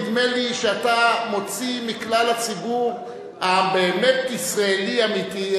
נדמה לי שאתה מוציא מכלל הציבור הבאמת-ישראלי אמיתי,